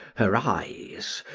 her eyes,